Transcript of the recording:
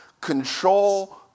control